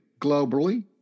globally